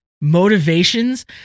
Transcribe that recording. motivations